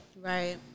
Right